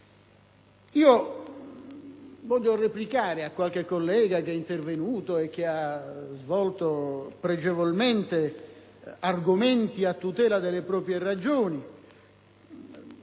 Voglio replicare a qualche collega intervenuto che ha svolto pregevolmente argomenti a tutela delle proprie ragioni.